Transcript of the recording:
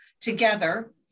together